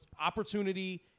opportunity